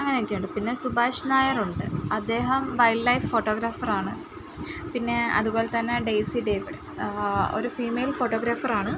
അങ്ങനെയൊക്കെ ഉണ്ട് പിന്നെ സുഭാഷ് നായർ ഉണ്ട് അദ്ദേഹം വൈൽഡ്ലൈഫ് ഫോട്ടോഗ്രാഫർ ആണ് പിന്നെ അതുപോലെ തന്നെ ഡേയ്സി ഡേവിഡ് ഒരു ഫീമെയിൽ ഫോട്ടോഗ്രാഫർ ആണ്